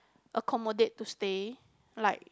accommodate to stay like